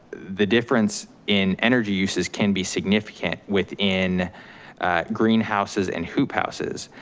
the difference in energy uses can be significant within greenhouses and hoop houses.